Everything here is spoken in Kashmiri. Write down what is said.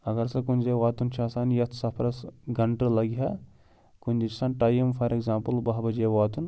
اگر سہ کُنہِ جایہِ وتُن چھُ آسان یتھ سفرس گنٛٹہٕ لگہِ ہا کُن وزِ چھُ ٹایم فار اٮ۪گزامپٕل باہ بجے واتُن